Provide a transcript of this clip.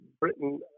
Britain